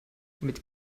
mit